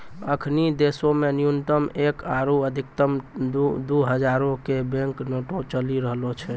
अखनि देशो मे न्यूनतम एक आरु अधिकतम दु हजारो के बैंक नोट चलि रहलो छै